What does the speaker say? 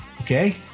Okay